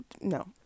no